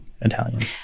Italian